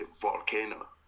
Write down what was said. volcano